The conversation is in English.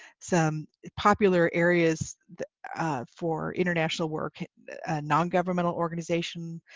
some popular areas for international work non-governmental organizations,